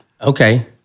Okay